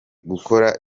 gukora